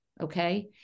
okay